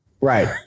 Right